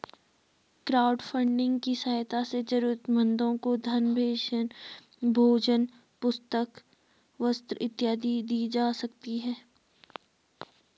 crowdfunding की सहायता से जरूरतमंदों को धन भोजन पुस्तक वस्त्र इत्यादि दी जा सकती है